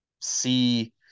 see